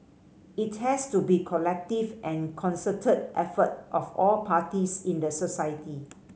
it has to be collective and concerted effort of all parties in the society